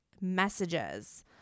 messages